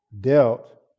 dealt